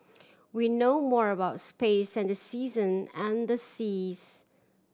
we know more about space than the season and seas